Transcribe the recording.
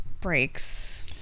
breaks